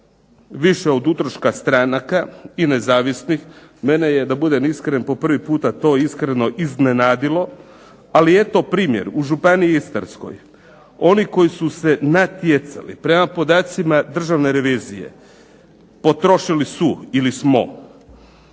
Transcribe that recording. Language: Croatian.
više od utroška stranaka i nezavisnih, mene je po prvi puta da budem iskren to iznenadilo, ali eto primjer, u županiji Istarskoj, oni koji su se natjecali prema podacima državne revizije potrošili su ili smo,